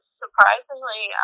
surprisingly